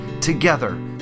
together